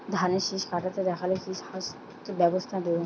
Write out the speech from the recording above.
ধানের শিষ কাটতে দেখালে কি ব্যবস্থা নেব?